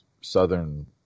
southern